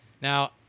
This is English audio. Now